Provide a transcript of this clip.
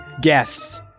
guests